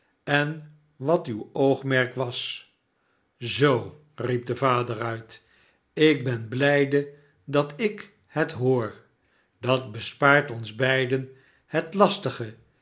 en wat uw oogmerk was zoo riep de vader uit ik ben blijde dat ik het hoor dat bespaartons beiden het lastige